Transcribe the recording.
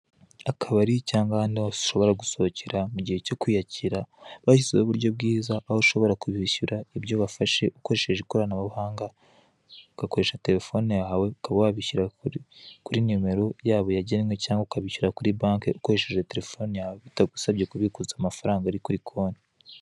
Akabari cyangwa ahandi hose ushobora gusohokera mu gihe cyo kwiyakira, bashyizeho uburyo bwiza, aho ushobora kubishyura ibyo wafashe ukoresheje ikoranabuhanga, ugakoresha telefoni yawe, ukaba wabishyura kuri nimero yabo yagenwe cyangwa ukabishyura kuri banki ukoresheje telefoni yawe, bitagusabye kubikuza amafaranga ari kuri konti.